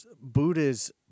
Buddha's